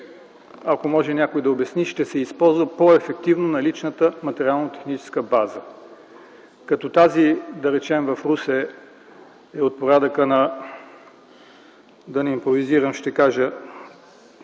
ако може да обясни някой, ще се използва по-ефективно наличната материално-техническа база? Като тази, да речем, в Русе, е от порядъка, да не импровизирам, ще кажа